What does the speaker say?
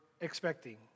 expecting